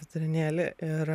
vidurinėlį ir